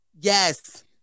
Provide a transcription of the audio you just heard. Yes